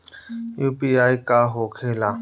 UPI का होके ला?